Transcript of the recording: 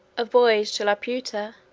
a voyage to laputa,